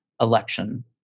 election